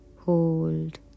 Hold